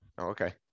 Okay